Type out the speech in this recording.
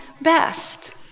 best